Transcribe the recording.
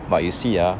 but you see ah